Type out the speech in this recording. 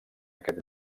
aquell